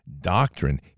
doctrine